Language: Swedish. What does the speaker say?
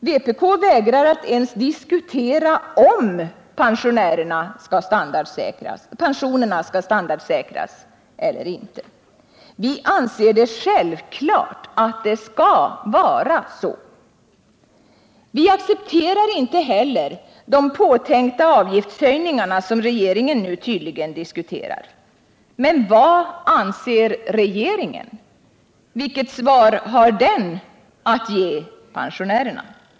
Vpk vägrar att ens diskutera om pensionerna skall standardsäkras eller inte. Vi anser det självklart att det skall vara så. Vi accepterar inte heller de avgiftshöjningar som regeringen nu tydligen diskuterar. Men vad anser regeringen? Vilket svar har den att ge pensionärerna?